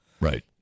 Right